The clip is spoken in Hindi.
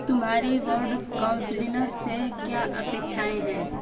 तुम्हारी वॉर्ड काउन्सलर से क्या अपेक्षाएँ हैं